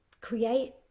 create